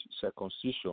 circumcision